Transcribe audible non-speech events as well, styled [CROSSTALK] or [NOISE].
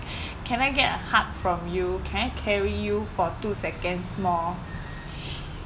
[BREATH] can I get a hug from you can I carry you for two seconds more